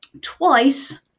twice